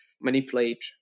manipulate